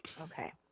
Okay